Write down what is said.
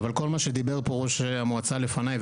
אבל כל מה שדיבר ראש המועצה לפניי,